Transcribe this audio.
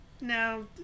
Now